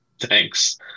Thanks